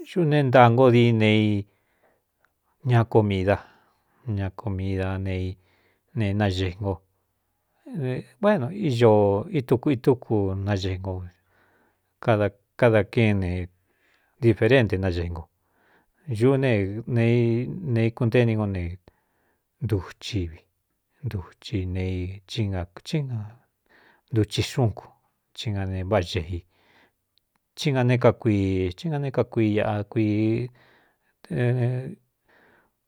Ñuꞌu ne ntaa ngo dií ne i ña ko mida ña ko mida ne ne naēi ngoo én ío ituku itúku naxei ngo kdkada kén ne diferénte nagei ngo uꞌú ne ene íkuntée ini ngo ne ntuchi vi nduchi na nduchi xún cu í na ne váꞌā xei í nga ne kakuií na ne kakui aku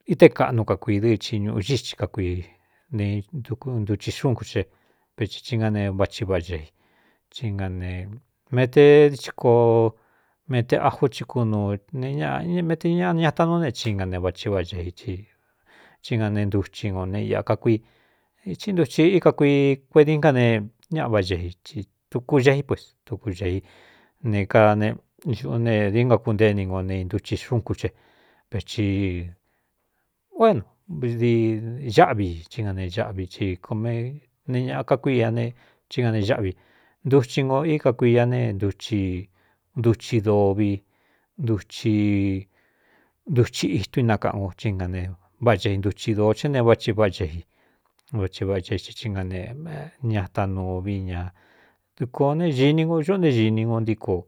ité kaꞌnu ka kui dɨɨ i ñūꞌu gíxi ka kuii nentuchi xún ku ce vei i nga ne váꞌchi váꞌa gei anemete koo mete ajú cikú nuu nmete ñaꞌa ñatan núu ne hi na ne váchi váꞌa xei í nga ne ntuchi no ne ika kuií nduthi íka kuii kuediín ka ne ñáꞌa váꞌá ge i ī tuku geꞌí pues tukugē i ne kaa ꞌu ne dií ngakuntée ni ngo ne intuchi xun kuce vti o én dií áꞌvi i í na ne aꞌvi i kone ñaꞌ kakuii a ne í nga ne gáꞌvi nduchi ngo íka kuia ne ntchi duchi dóvi n duchi itun inakaꞌan ngo ci na ne váꞌa cei nduchi dōo cé ne váꞌchi váꞌa cheji vaci vaꞌa chei ñataan nuu vi ñā dɨkō ne ini nko uꞌú ne ini ngo ntííkoo.